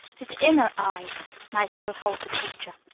his inner eyes might still hold the pictures.